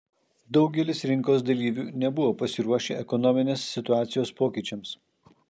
daugelis rinkos dalyvių nebuvo pasiruošę ekonominės situacijos pokyčiams